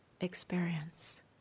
experience